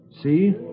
See